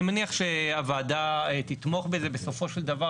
אני מניח שהוועדה תתמוך בזה בסופו של דבר,